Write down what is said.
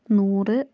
നൂറ്